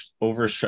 over